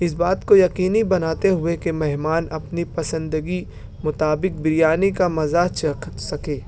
اس بات کو یقینی بناتے ہوئے کہ مہمان اپنی پسندگی مطابق بریانی کا مزہ چکھ سکے